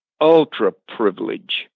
ultra-privilege